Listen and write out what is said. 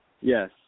Yes